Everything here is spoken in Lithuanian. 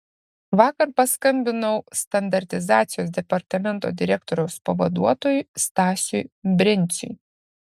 vakar paskambinau standartizacijos departamento direktoriaus pavaduotojui stasiui brenciui